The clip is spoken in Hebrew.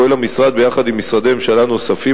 פועל המשרד ביחד עם משרדי ממשלה נוספים